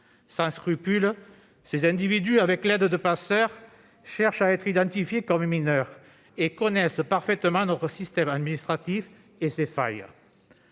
sans scrupules, avec l'aide de passeurs, cherchent à être identifiés comme mineurs et connaissent parfaitement notre système administratif et ses failles.